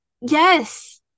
yes